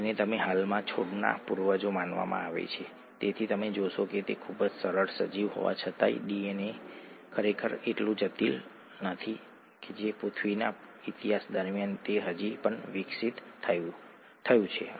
ADP એટીપીમાં રૂપાંતરિત થાય છે અને તે જ અમે જઈ રહ્યા છીએ તે જ રીતે એટીપી રચાય છે અને તે માટે ઊર્જાના ઇનપુટની જરૂર પડશે ઠીક છે